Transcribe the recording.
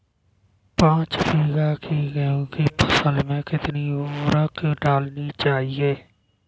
पाँच बीघा की गेहूँ की फसल में कितनी उर्वरक डालनी चाहिए?